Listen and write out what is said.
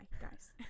Guys